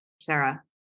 Sarah